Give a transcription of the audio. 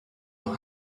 will